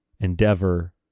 endeavor